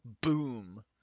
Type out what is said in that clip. boom